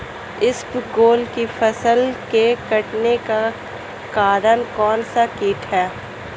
इसबगोल की फसल के कटने का कारण कौनसा कीट है?